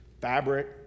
fabric